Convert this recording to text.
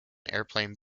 airplane